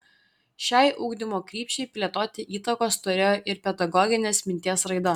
šiai ugdymo krypčiai plėtoti įtakos turėjo ir pedagoginės minties raida